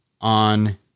on